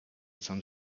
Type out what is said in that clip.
some